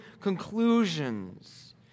conclusions